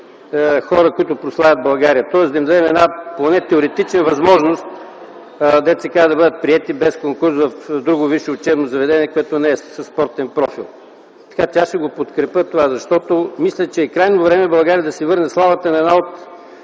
хора, които прославят България, тоест да им дадем поне теоретична възможност да бъдат приети без конкурс в друго висше учебно заведение, което не е със спортен профил. Аз ще подкрепя това, защото мисля, че е крайно време България да си върне славата на една от